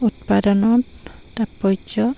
উৎপাদনত তৎপৰ্য্য়